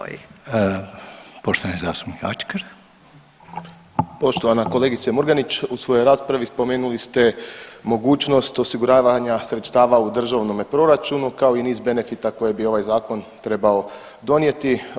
Poštovana kolegice Murganić u svojoj raspravi spomenuli ste mogućnost osiguravanja sredstava u državnome proračunu kao i niz benefita koje bi ovaj zakon trebao donijeti.